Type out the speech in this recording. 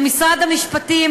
למשרד המשפטים,